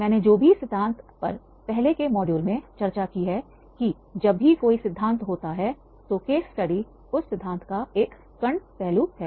मैंने जो भी सिद्धांत पर चर्चा की है पहले के मॉड्यूल में की जब भी कोई सिद्धांत होता है तो केस स्टडी उस सिद्धांत का एक कण पहलू है